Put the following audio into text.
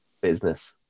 business